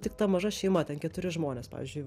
tik ta maža šeima ten keturi žmonės pavyzdžiui